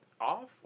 off